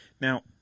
Now